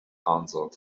answered